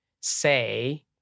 say